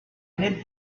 need